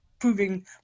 proving